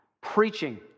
preaching